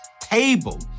table